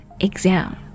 exam